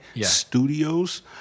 Studios